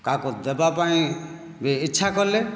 କାହାକୁ ଦେବାପାଇଁ ବି ଇଚ୍ଛା କଲେ